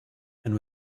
and